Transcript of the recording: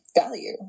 Value